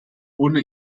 ohne